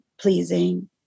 pleasing